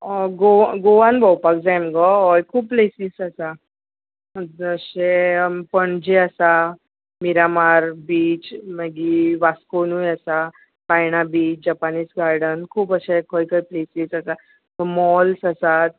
हय गोवा गोवान भोंवपाक जाय मुगो हय खूब प्लेसीस आसा जशें पणजे आसा मिरामार बीच मागी वास्कोनूय आसा बायणा बीच जपानीज गार्डन खूब अशे खंय खंय प्लेसीस आसा मॉल्स आसात